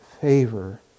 favor